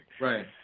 Right